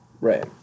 Right